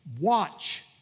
Watch